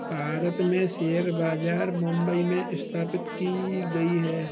भारत में शेयर बाजार मुम्बई में स्थापित की गयी है